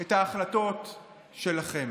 את ההחלטות שלכם.